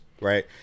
right